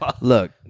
look